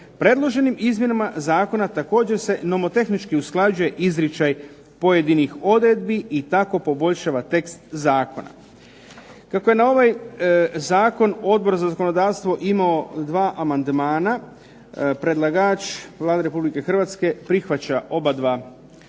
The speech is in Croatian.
Predloženim izmjenama zakona također se nomotehnički usklađuje izričaj pojedinih odredbi i tako poboljšava tekst zakona. Kako je na ovaj zakon Odbor za zakonodavstvo imao dva amandmana predlagač Vlada Republike Hrvatske prihvaća obadva amandmana.